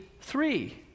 three